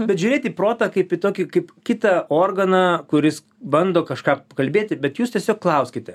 bet žiūrėti į protą kaip į tokį kaip kitą organą kuris bando kažką kalbėti bet jūs tiesiog klauskite